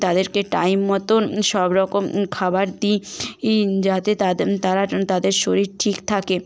তাদেরকে টাইম মতোন সব রকম খাবার দিই ই যাতে তাদের তারা তাদের শরীর ঠিক থাকে